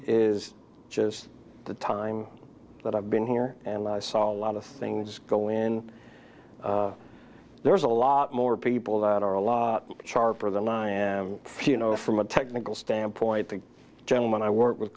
is just the time that i've been here and i saw a lot of things going there's a lot more people that are a lot sharper than if you know from a technical standpoint the gentleman i work with